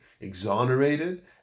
exonerated